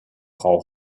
frau